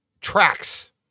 tracks